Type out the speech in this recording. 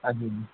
हंजी